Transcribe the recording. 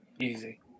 Easy